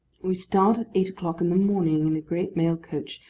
we start at eight o'clock in the morning, in a great mail-coach,